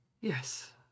Yes